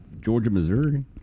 Georgia-Missouri